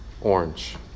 orange